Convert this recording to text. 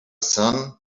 son